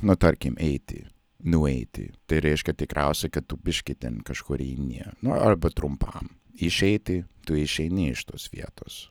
nu tarkim eiti nueiti tai reiškia tikriausiai kad tu biškį ten kažkur eini nu arba trumpam išeiti tu išeini iš tos vietos